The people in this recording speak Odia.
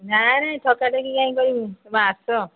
ନାହିଁ ନାହିଁ ଠକା ଠକି କାହିଁ କରିବୁ ତୁମେ ଆସ